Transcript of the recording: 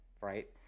right